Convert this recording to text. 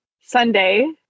Sunday